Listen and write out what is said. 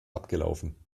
abgelaufen